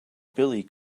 billy